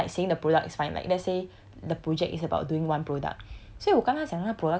I I think like saying the product is fine like let's say the project is about doing one product